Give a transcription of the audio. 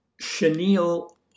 chenille